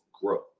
growth